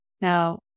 Now